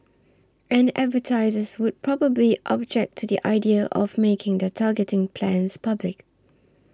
and advertisers would probably object to the idea of making their targeting plans public